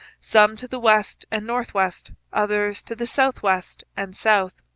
some to the west and north-west, others to the south-west and south.